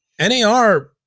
NAR